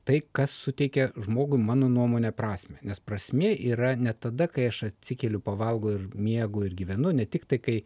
tai kas suteikia žmogui mano nuomone prasmę nes prasmė yra ne tada kai aš atsikeliu pavalgau ir miegu ir gyvenu ne tiktai kai